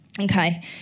Okay